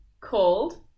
called